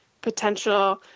potential